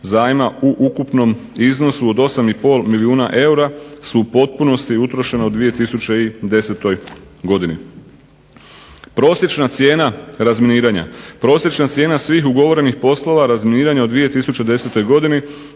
zajma u ukupnom iznosu od 8 i pol milijuna eura su u potpunosti utrošena u 2010. Godini. Prosječna cijena razminiranja. Prosječna cijena svih ugovorenih poslova razminiranja u 2010. godini